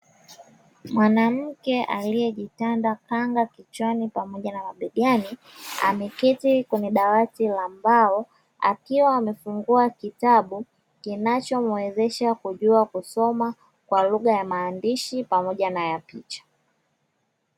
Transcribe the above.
Mwanamke aliejitanda khanga kichwani pamoja na mabegani, ameketi kwenye dawati la mbao akiwa amefungua kitabu kinacho muezesha kusoma kwa lugha ya maandishi pamoja na ya picha.